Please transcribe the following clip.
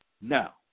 now